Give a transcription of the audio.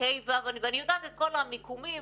ואני יודעת את כל המיקומים,